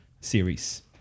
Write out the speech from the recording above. series